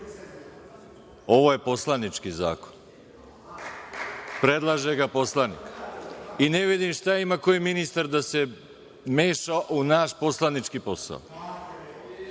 Ovo je poslanički zakon, predlaže ga poslanik, i ne vidim šta ima koji ministar da se meša u naš poslanički posao,